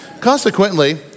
Consequently